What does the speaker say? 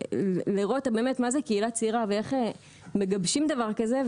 לראות באמת מה זו קהילה צעירה ואיך מגבשים דבר כזה,